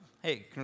Hey